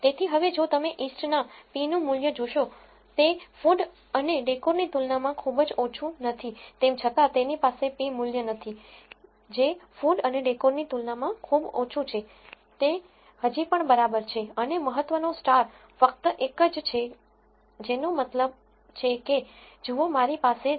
તેથી હવે જો તમે east નાં p નું મૂલ્ય જોશો તે food અને decor ની તુલનામાં ખૂબ જ ઓછું નથી તેમ છતાં તેની પાસે એ p મૂલ્ય નથી જે food અને decor ની તુલનામાં ખૂબ ઓછું છે તે હજી પણ બરાબર છે અને મહત્વનો સ્ટારતારો ફક્ત એક જ છે જેનો મતલબ છે કે જુઓ મારી પાસે 0